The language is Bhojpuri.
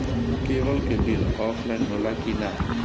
केबल के बिल ऑफलाइन होला कि ना?